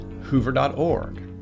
hoover.org